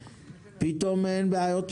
פתאום אין בעיות משפטיות,